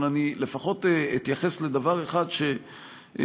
אבל אני לפחות אתייחס לדבר אחד שהזכרת,